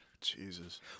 jesus